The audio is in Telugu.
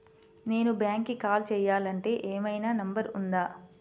నేను బ్యాంక్కి కాల్ చేయాలంటే ఏమయినా నంబర్ ఉందా?